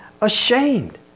ashamed